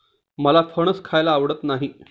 मला फणस खायला आवडत नाही